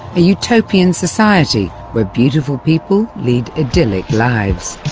a utopian society where beautiful people lead idyllic lives.